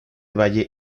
valle